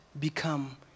become